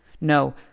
No